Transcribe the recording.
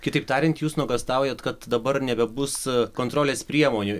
kitaip tariant jūs nuogąstaujat kad dabar nebebus kontrolės priemonių